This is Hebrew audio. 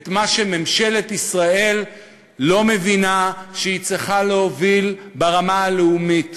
את מה שממשלת ישראל לא מבינה שהיא צריכה להוביל ברמה הלאומית.